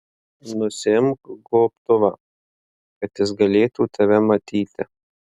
nusiimk gobtuvą kad jis galėtų tave matyti